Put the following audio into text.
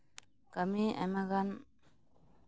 ᱠᱟᱹᱢᱤ ᱟᱭᱢᱟᱜᱟᱱ